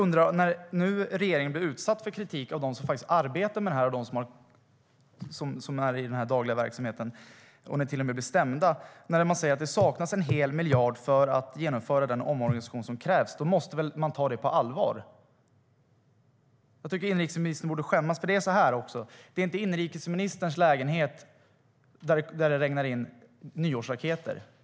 När regeringen nu blir utsatt för kritik från dem som faktiskt arbetar med det här i den dagliga verksamheten - de säger att det saknas en hel miljard för att genomföra den omorganisation som krävs - och när ni till och med blir stämda måste ni väl ta det på allvar? Inrikesministern borde skämmas. Det är inte i inrikesministerns lägenhet som det regnar in nyårsraketer.